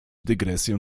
dygresję